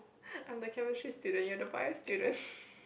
I'm the chemistry student you're the bio student